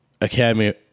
Academy